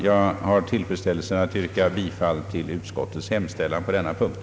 Jag har tillfredsställelsen att yrka bifall till utskottets förslag på denna punkt.